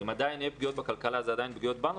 אם עדיין יהיו פגיעות בכלכלה, אלה פגיעות בנו.